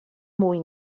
mwy